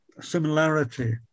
similarity